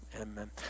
amen